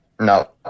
No